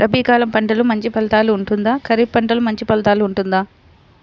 రబీ కాలం పంటలు మంచి ఫలితాలు ఉంటుందా? ఖరీఫ్ పంటలు మంచి ఫలితాలు ఉంటుందా?